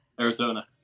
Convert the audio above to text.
Arizona